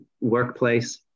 workplace